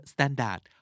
Standard